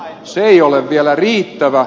se ei ole vielä riittävä